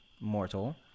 mortal